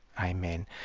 Amen